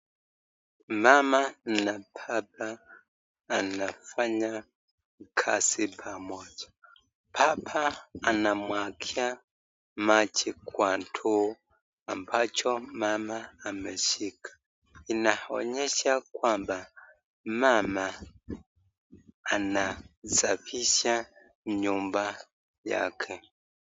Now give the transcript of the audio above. Mama na baba wanafanya kazi pamoja. Baba anamwagia maji kwa ndoo ambacho mama ameshika. Inaonyesha kwamba mama anasafisha nyumba yake.